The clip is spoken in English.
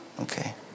Okay